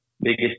biggest